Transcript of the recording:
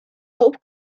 hoop